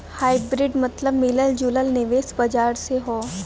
hybrid मतबल मिलल जुलल निवेश बाजार से हौ